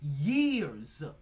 years